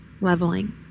leveling